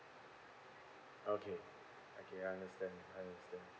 okay okay I understand I understand